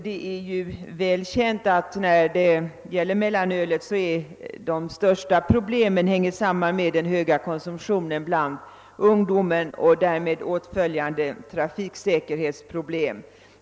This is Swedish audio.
Det är känt att de stora problemen beträffande mellanölet gäller den höga konsumtionerr bland ungdomen och därmed följande trafiksäkerhetsproblem.